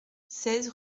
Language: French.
seize